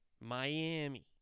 Miami